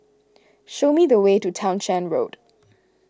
show me the way to Townshend Road